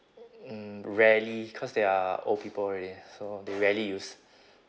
mm rarely cause they are old people already so they rarely use